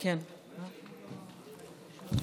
סגן שר הבריאות יואב קיש: כבוד היושב-ראש,